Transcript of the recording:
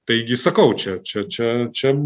taigi sakau čia čia čia čia